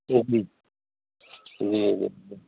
جی جی جی جی